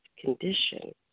condition